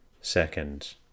Second